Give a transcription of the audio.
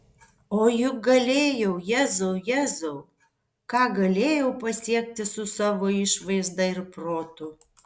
o juk galėjau jėzau jėzau ką galėjau pasiekti su savo išvaizda ir protu